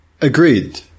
agreed